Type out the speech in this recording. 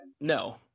No